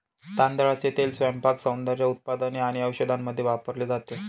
तांदळाचे तेल स्वयंपाक, सौंदर्य उत्पादने आणि औषधांमध्ये वापरले जाते